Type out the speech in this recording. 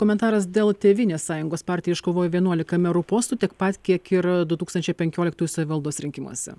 komentaras dėl tėvynės sąjungos partija iškovojo vienuolika merų postų tiek pat kiek ir du tūkstančiai penkioliktųjų savivaldos rinkimuose